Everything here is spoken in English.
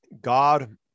God